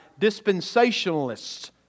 dispensationalists